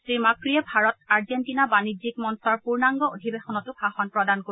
শ্ৰী মাক্ৰিয়ে ভাৰত আৰ্জেণ্টিনা বাণিজ্যিক মঞ্চৰ পূৰ্ণাংগ অধিবেশনতো ভাষণ প্ৰদান কৰিব